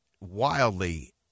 wildly